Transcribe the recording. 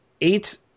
eight